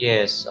Yes